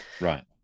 right